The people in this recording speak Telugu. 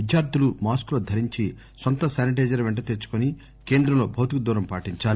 విద్యార్థులు మాస్కులు ధరించి నొంత శానిటైజర్ పెంట తెచ్చుకుని కేంద్రంలో భౌతిక దూరం పాటించాలి